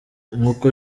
nkuko